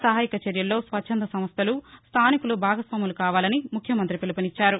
సహాయచర్యల్లో స్వచ్చంద సంస్థలు స్థానికులు భాగస్వాములు కావాలని ముఖ్యమంతి పిలుపునిచ్చారు